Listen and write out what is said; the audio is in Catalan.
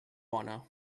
bona